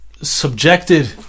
subjected